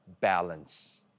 balance